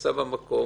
שנמצא במקום